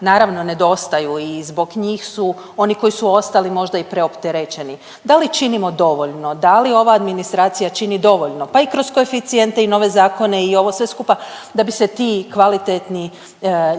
naravno nedostaju i zbog njih su oni koji su ostali možda i preopterećeni. Da li činimo dovoljno, da li ova administracija čini dovoljno pa i kroz koeficijente i nove zakone i ovo sve skupa da bi se ti kvalitetni